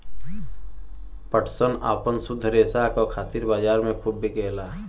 पटसन आपन शुद्ध रेसा क खातिर बजार में खूब बिकेला